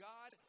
God